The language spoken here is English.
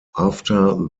after